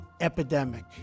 epidemic